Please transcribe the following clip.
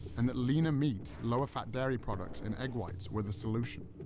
and that leaner meats, lower fat dairy products, and egg whites were the solution.